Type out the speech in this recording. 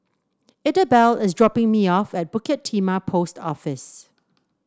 Idabelle is dropping me off at Bukit Timah Post Office